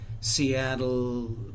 Seattle